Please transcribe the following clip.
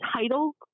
title